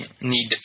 need